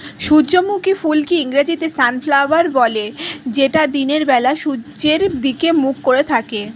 সূর্যমুখী ফুলকে ইংরেজিতে সানফ্লাওয়ার বলে যেটা দিনের বেলা সূর্যের দিকে মুখ করে থাকে